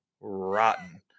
Rotten